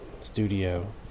studio